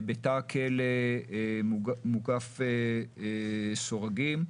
בתא כלא מוקף סורגים.